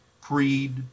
creed